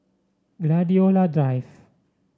Gladiola Drive